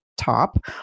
top